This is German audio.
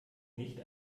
nicht